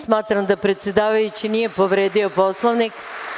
Smatram da predsedavajući nije povredio Poslovnik.